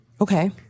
Okay